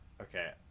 Okay